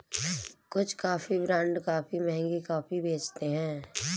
कुछ coffee brand काफी महंगी कॉफी बेचते हैं